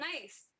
nice